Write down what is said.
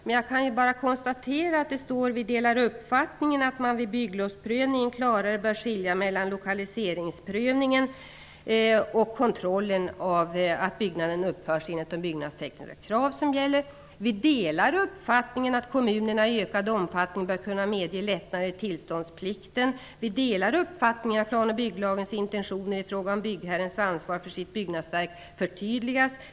Men jag kan konstatera följande: ''Vi delar uppfattningen att man vid bygglovsprövningen klarare bör skilja mellan lokaliseringsprövningen, --, och kontrollen av att byggnaden uppförs enligt de byggnadstekniska krav som gäller. Vi delar uppfattningen att kommunerna i ökad omfattning bör kunna medge lättnader i tillståndsplikten --. Vi delar uppfattningen att PBL:s intentioner i fråga om byggherrens ansvar för sitt byggnadsverk behöver förtydligas.